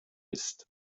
bist